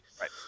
Right